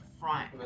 front